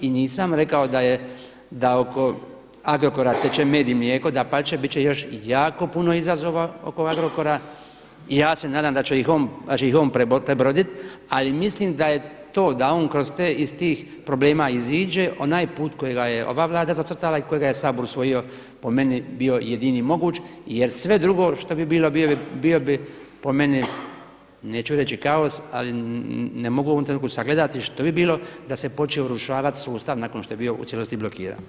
I nisam rekao da oko Agrokora teče med i mlijeko, dapače, bit će još jako puno izazova oko Agrokora i ja se nadam da će ih on prebrodit, ali mislim da je to da on iz tih problema iziđe onaj put kojega je ova Vlada zacrtala i kojega je Sabor usvojio po meni bio jedini moguć jer sve drugo što bi bilo bilo bi po meni, neću reći kaos, ali ne mogu u ovom trenutku sagledati što bi bilo da se počeo urušavati sustav nakon što je bio u cijelosti blokiran.